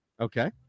Okay